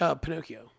Pinocchio